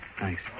Thanks